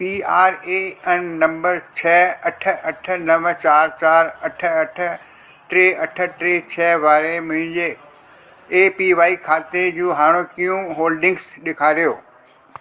P R A N number छह अठ अठ नव चारि चारि अठ अठ टे अठ टे छह वारे मुंहिंजे ए पी वाइ खाते जूं हाणोकियूं होल्डिंगस ॾेखारियो